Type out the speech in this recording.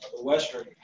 Western